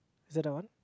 is it that one